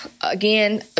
Again